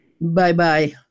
Bye-bye